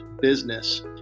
business